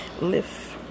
lift